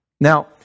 Now